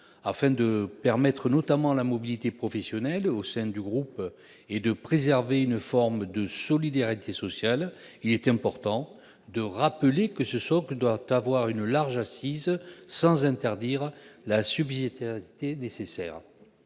Afin de permettre notamment la mobilité professionnelle au sein du groupe et de préserver une forme de solidarité sociale, il est important de rappeler que ce socle doit avoir une large assise sans interdire la subsidiarité nécessaire.